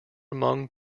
among